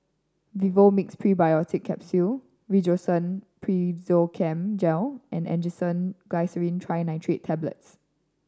Vivomixx Probiotics Capsule Rosiden Piroxicam Gel and Angised Glyceryl Trinitrate Tablets